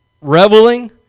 reveling